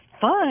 fun